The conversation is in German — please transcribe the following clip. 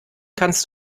kannst